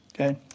okay